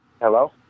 Hello